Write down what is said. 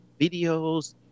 Videos